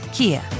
Kia